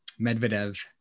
Medvedev